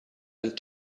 and